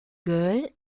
girl